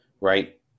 right